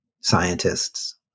scientists